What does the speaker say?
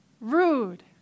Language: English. rude